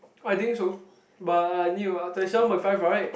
I think so but I need to uh thirty seven point five right